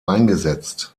eingesetzt